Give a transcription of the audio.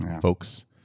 folks